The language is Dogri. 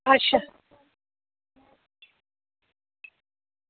अच्छा